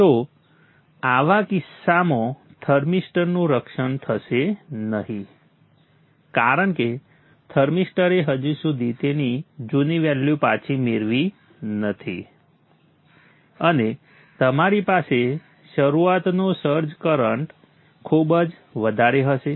તો આવા કિસ્સામાં થર્મિસ્ટરનું રક્ષણ થશે નહીં કારણ કે થર્મિસ્ટરે હજુ સુધી તેની જૂની વેલ્યુ પાછી મેળવી નથી અને તમારી પાસે શરુઆતનો સર્જ કરંટ ખુબજ વધારે હશે